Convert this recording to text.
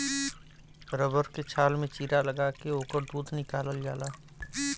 rubber के छाल में चीरा लगा के ओकर दूध निकालल जाला